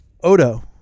Odo